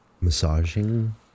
Massaging